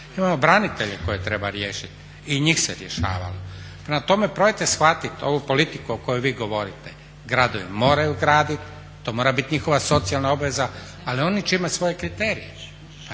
Imamo branitelje koje treba riješiti, i njih se rješavalo. Prema tome, probajte shvatiti ovu politiku o kojoj vi govorite, gradovi moraju graditi, to mora biti njihova socijalna obveza ali oni će imati svoje kriterije.